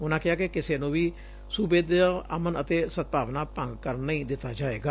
ਉਨੁਾਂ ਕਿਹਾ ਕਿ ਕਿਸੇ ਨੂੰ ਵੀ ਸੁਬੇ ਦਾ ਅਮਨ ਅਤੇ ਸਦਭਾਵਨਾ ਭੰਗ ਕਰਨ ਨਹੀਂ ਦਿੱਤਾ ਜਾਏਗਾ